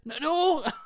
No